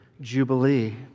Jubilee